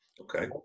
okay